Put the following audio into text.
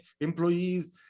employees